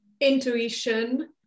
intuition